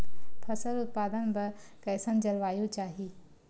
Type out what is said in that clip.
फसल उत्पादन बर कैसन जलवायु चाही?